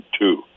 two